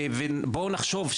בואו נחשוב,